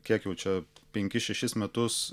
kiek jau čia penkis šešis metus